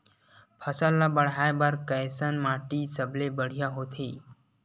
फसल ला बाढ़े बर कैसन माटी सबले बढ़िया होथे?